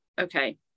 Okay